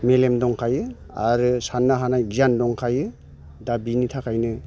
मेलेम दंखायो आरो साननो हानाय गियान दंखायो दा बिनि थाखायनो